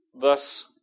Thus